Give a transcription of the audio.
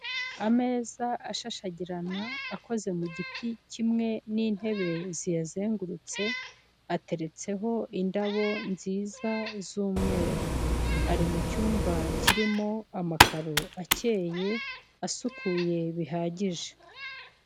Ameza ashashagirana akoze mu giti kimwe n'intebe ziyazengurutse ateretseho indabo nziza z'umweru, ari mu cyumba kirimo amakaro akeye asukuye bihagije.